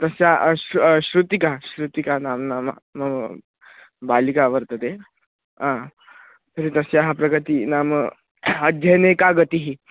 तस्याः श्रुतिका श्रुतिका नाम नाम बालिका वर्तते तर्हि तस्याः प्रगतिः नाम अध्ययने का गतिः